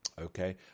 okay